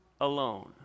alone